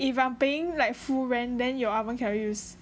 if I'm paying like full rent then your oven cannot use